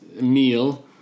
meal